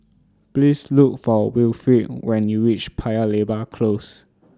Please Look For Wilfrid when YOU REACH Paya Lebar Close